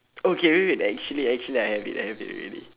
okay wait wait actually actually I have it I have it already